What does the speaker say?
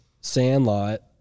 sandlot